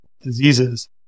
diseases